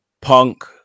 punk